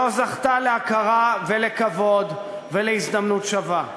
שלא זכתה להכרה ולכבוד ולהזדמנות שווה,